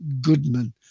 Goodman